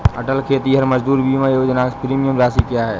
अटल खेतिहर मजदूर बीमा योजना की प्रीमियम राशि क्या है?